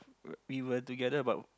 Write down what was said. were we were together about